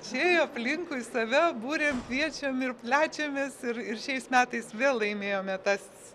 čia aplinkui save buriam kviečiam ir plečiamės ir ir šiais metais vėl laimėjome tas